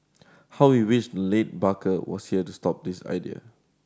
how we wish late barker was here to stop this idea